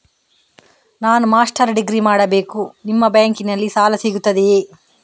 ನಾನು master degree ಮಾಡಬೇಕು, ನಿಮ್ಮ ಬ್ಯಾಂಕಲ್ಲಿ ಸಾಲ ಸಿಗುತ್ತದೆಯೇ?